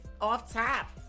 off-top